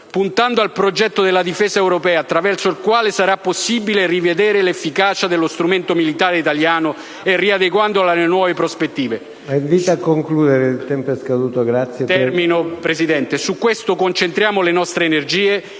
puntando al progetto della difesa europea attraverso il quale sarà possibile rivedere l'efficacia dello strumento militare italiano e riadeguarlo alle nuove prospettive.